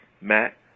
Matt